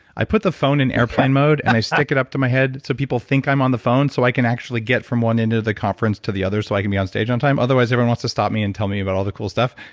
i put the phone in airplane mode and i stick it up to my head so people think i'm on the phone so i can actually get from one end of the conference to the other so i can be on stage on time otherwise everyone wants to stop me and tell me about all the cool stuff.